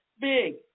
big